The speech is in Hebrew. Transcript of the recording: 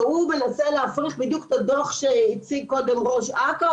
והוא מנסה להפריך בדיוק את הדוח שהציג קודם ראש אכ"א.